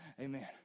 Amen